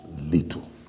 little